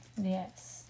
Yes